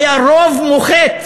והיה רוב מוחץ